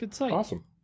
awesome